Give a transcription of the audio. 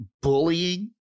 bullying